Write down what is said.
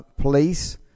police